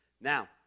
Now